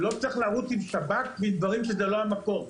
לא צריך לרוץ עם שב"כ בדברים שזה לא המקום.